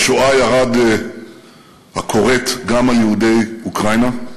בשואה ירד הכורת גם על יהודי אוקראינה,